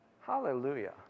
Hallelujah